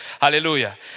hallelujah